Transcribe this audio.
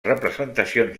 representacions